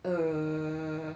err